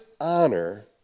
honor